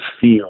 feel